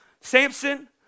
Samson